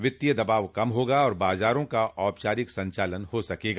वित्तीय दबाव कम होगा और बाजारों का औपचारिक संचालन हो सकेगा